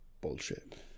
Bullshit